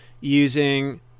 using